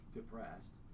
depressed